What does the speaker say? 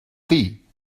dir